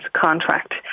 contract